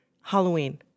Halloween